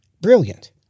Brilliant